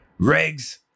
Regs